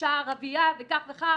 אישה ערבייה וכך וכך